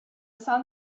sun